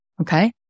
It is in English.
okay